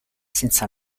senza